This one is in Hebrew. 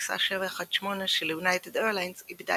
טיסה 718 של יונייטד איירליינס איבדה